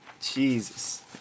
Jesus